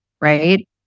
right